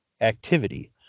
activity